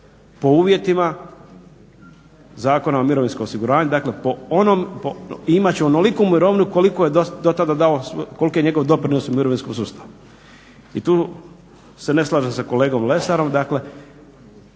po uvjetima Zakona o mirovinskom osiguranju. Dakle po onom, i imat će onoliku mirovinu koliki je njegov doprinos u mirovinskom sustavu. I tu se ne slažem sa kolegom Lesarom,